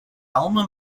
alma